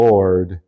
Lord